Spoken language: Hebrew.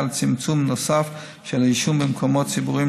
לצמצום נוסף של העישון במקומות ציבוריים,